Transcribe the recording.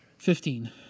Fifteen